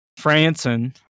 Franson